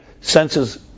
senses